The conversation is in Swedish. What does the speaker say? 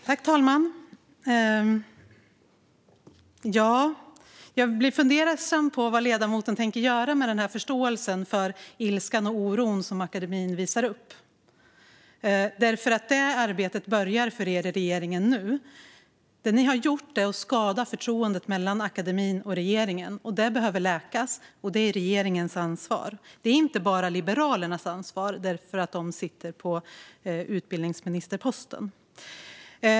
Fru talman! Jag blir fundersam över vad ledamoten tänker göra med sin förståelse för ilskan och oron som akademin visar upp, för det arbetet börjar för er i regeringen nu. Det ni har gjort är att skada förtroendet mellan akademin och regeringen. Det behöver läkas, och det är regeringens ansvar. Det är inte bara Liberalernas ansvar för att de sitter på utbildningsministerposten.